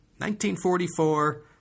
1944